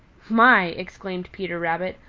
my! exclaimed peter rabbit,